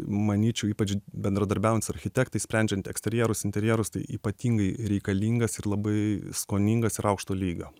manyčiau ypač bendradarbiaujant su architektais sprendžiant eksterjerus interjerus tai ypatingai reikalingas ir labai skoningas ir aukšto lygio